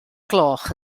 gloch